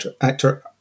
actor